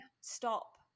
stop